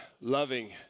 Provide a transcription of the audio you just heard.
loving